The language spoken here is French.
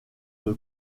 une